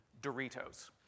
Doritos